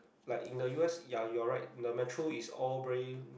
like in the u_s ya you are right the matron is all very